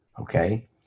Okay